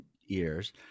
years